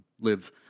live